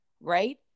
right